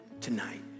tonight